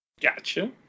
Gotcha